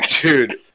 dude